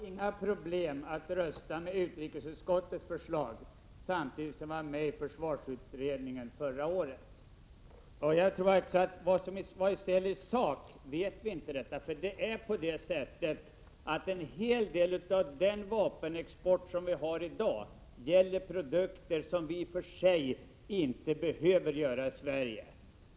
Herr talman! Till Gunnar Hökmark vill jag säga att jag har inga problem att rösta med utrikesutskottets förslag — samtidigt som jag satt med i försvarsutredningen som blev klar förra året. En hel del av den vapenexport som vi har i dag gäller produkter som i och för sig inte behöver tillverkas i Sverige.